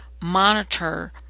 monitor